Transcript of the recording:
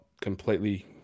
completely